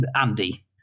Andy